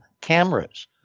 cameras